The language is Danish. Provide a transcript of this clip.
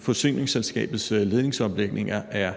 Forsyningsselskabets ledningsomlægninger er